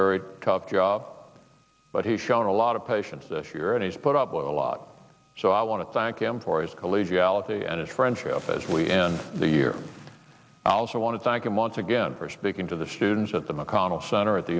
very tough job but he's shown a lot of patience this year and he's put up with a lot so i want to thank him for his collegiality and his friendship as we end the year als i want to thank him once again for speaking to the students at the mcconnell center at the